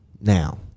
now